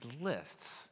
lists